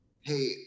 Hey